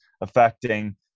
affecting